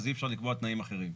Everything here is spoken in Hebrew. אז אי אפשר לקבוע תנאים אחרים.